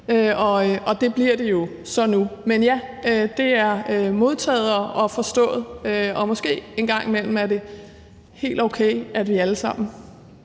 og det bliver det så nu. Men det er modtaget og forstået, og måske en gang imellem er det helt okay, at vi alle sammen